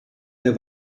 der